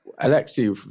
Alexei